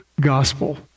gospel